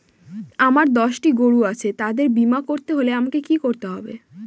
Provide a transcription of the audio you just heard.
আমার দশটি গরু আছে তাদের বীমা করতে হলে আমাকে কি করতে হবে?